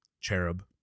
cherub